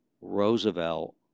Roosevelt